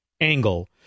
angle